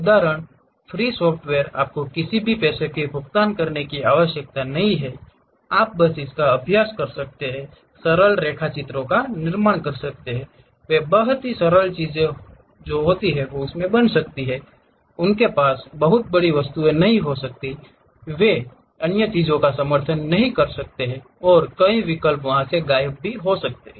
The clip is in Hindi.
उदाहरण फ्री सॉफ्टवेयर आपको किसी भी पैसे का भुगतान करने की आवश्यकता नहीं है आप बस इसका अभ्यास कर सकते हैं सरल रेखाचित्रों का निर्माण कर सकते हैं वे बहुत ही सरल चीजें हो जो उसमे बन सकती हैं उनके पास बहुत बड़ी वस्तुएं नहीं हो सकती हैं वे अन्य चीजों का समर्थन नहीं कर सकते हैं और कई विकल्प गायब हो सकते हैं